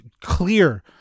clear